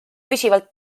püsivalt